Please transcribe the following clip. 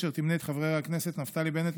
אשר תמנה את חברי הכנסת נפתלי בנט,